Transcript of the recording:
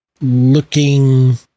looking